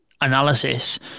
analysis